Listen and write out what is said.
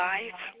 Life